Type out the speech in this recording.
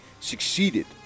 succeeded